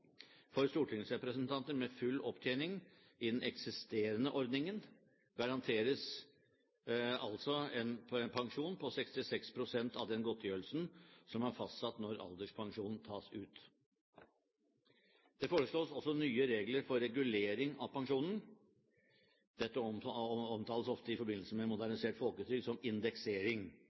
For stortingsrepresentanter med full opptjening innen eksisterende ordning garanteres altså en pensjon på 66 pst. av den godtgjørelsen som er fastsatt når alderspensjonen tas ut. Det foreslås også nye regler for regulering av pensjonen. Dette omtales ofte i forbindelse med modernisert folketrygd som indeksering.